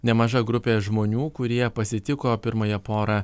nemaža grupė žmonių kurie pasitiko pirmąją porą